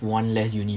one less uni